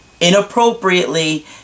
inappropriately